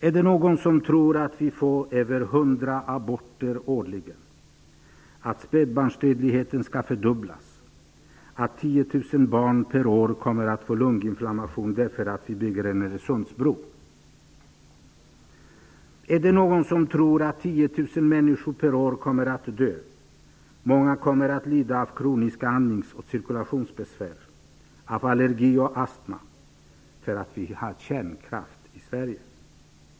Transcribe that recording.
Är det någon tror att det blir mer än 100 aborter årligen, att spädbarnsdödligheten fördubblas, att 10 000 barn per år får lunginflammation därför att vi bygger en Öresundsbro? Är det någon som tror att 10 000 människor per år kommer att dö, att många kommer att lida av kroniska andnings och cirkulationsbesvär, allergi och astma för att vi har haft kärnkraft i Sverige?